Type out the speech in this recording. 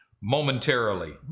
momentarily